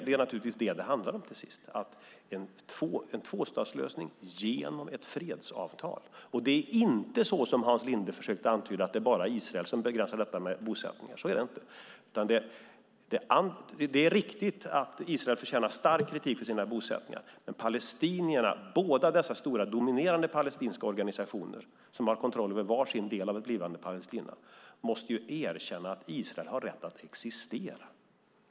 Det är naturligtvis detta som det handlar om till sist, alltså en tvåstatslösning genom ett fredsavtal. Det är inte, som Hans Linde försökte antyda, att det är bara Israel som begränsar detta med bosättningar. Så är det inte. Det är riktigt att Israel förtjänar stark kritik för sina bosättningar. Men palestinierna, båda dessa stora dominerande palestinska organisationer som har kontroll över var sin del av ett blivande Palestina, måste erkänna att Israel har rätt att existera.